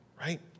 right